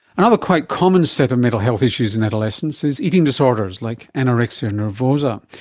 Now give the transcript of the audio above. another quite common set of mental health issues in adolescence is eating disorders like anorexia nervosa.